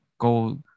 gold